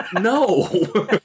No